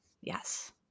Yes